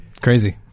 Crazy